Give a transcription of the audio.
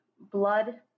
blood